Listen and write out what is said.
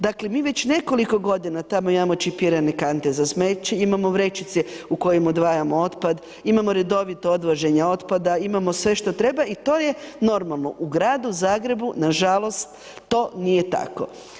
Dakle, mi već nekoliko godina tamo imamo čipirane kante za smeće, imamo vrećice u kojim odvajamo otpad, imamo redovito odvoženje otpada, imamo sve što treba i to je normalno u Gradu Zagrebu nažalost to nije tako.